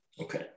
Okay